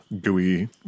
gooey